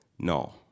No